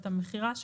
את המכירה שלו,